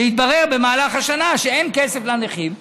התברר במהלך השנה שאין כסף לנכים,